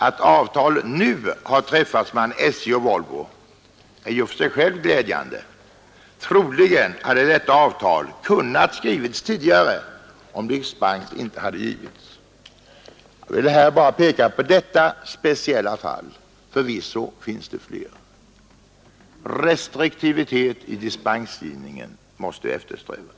Att avtal nu har träffats mellan SJ och Volvo är i och för sig glädjande, men troligen hade detta avtal kunnat skrivas tidigare, om dispens inte hade givits. Jag har här bara velat peka på detta fall; förvisso finns det fler. Restriktivitet vid dispensgivningen måste eftersträvas.